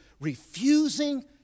refusing